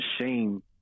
shame